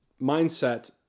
mindset